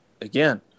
again